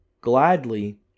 gladly